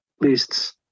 lists